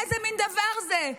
איזה מין דבר זה?